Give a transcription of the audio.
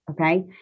okay